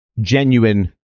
genuine